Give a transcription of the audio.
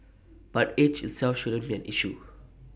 but age itself shouldn't be an issue